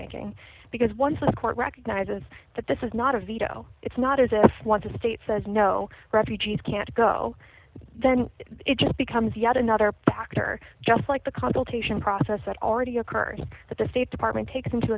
making because once the court recognizes that this is not a veto it's not as if once the state says no refugees can't go then it just becomes yet another factor just like the consultation process that already occurred that the state department takes into